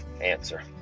Answer